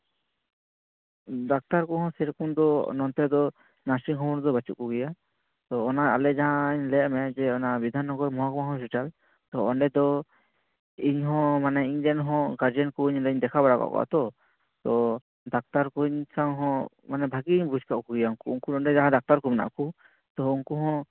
doctor ᱠᱚᱦᱚᱸ ᱥᱮᱨᱚᱠᱚᱢ ᱫᱚ ᱱᱚᱸᱛᱮ ᱫᱚ ᱱᱟᱨᱥᱤᱝ ᱦᱳᱢ ᱨᱮᱫᱚ ᱵᱟᱹᱪᱩᱜ ᱠᱚᱜᱮᱭᱟ ᱛᱚ ᱟᱞᱮ ᱚᱱᱟ ᱡᱟᱦᱟᱧ ᱞᱟᱹᱭᱟᱫ ᱢᱮ ᱵᱤᱫᱷᱟᱱ ᱱᱚᱜᱚᱨ ᱢᱚᱦᱚᱠᱩᱢᱟ ᱦᱚᱥᱯᱤᱴᱟᱞ ᱛᱚ ᱚᱸᱰᱮ ᱫᱚ ᱤᱧᱦᱚᱸ ᱢᱟᱱᱮ ᱤᱧᱨᱮᱱ ᱦᱚᱸ ᱜᱟᱨᱡᱮᱱ ᱠᱚ ᱚᱸᱰᱮᱧ ᱫᱮᱠᱷᱟᱣ ᱵᱟᱲᱟᱣ ᱠᱟᱜ ᱠᱚᱣᱟ ᱛᱚ ᱟᱫᱚ ᱰᱟᱠᱛᱟᱨ ᱠᱚ ᱤᱧ ᱥᱟᱶᱦᱚᱸ ᱟᱫᱚ ᱵᱷᱟᱜᱮᱧ ᱵᱩᱡᱽ ᱠᱟᱜ ᱠᱚᱜᱮᱭᱟ ᱩᱱᱠᱩ ᱱᱚᱸᱰᱮ ᱡᱟᱦᱟᱸᱭ ᱰᱟᱠᱛᱟᱨ ᱠᱚ ᱢᱮᱱᱟᱜ ᱠᱚ ᱛᱚ ᱩᱱᱠᱩ ᱦᱚᱸ